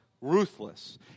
ruthless